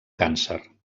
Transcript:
càncer